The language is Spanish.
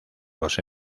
los